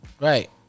Right